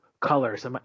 colors